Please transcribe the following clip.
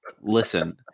listen